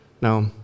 Now